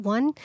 One